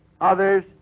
Others